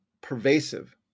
pervasive